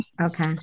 okay